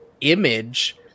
image